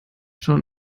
schon